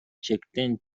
чектен